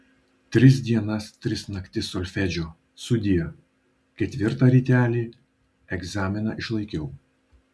tris dienas tris naktis solfedžio sudie ketvirtą rytelį egzaminą išlaikiau